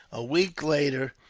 a week later,